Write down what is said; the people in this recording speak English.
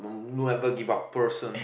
don't ever give up person